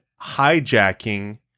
hijacking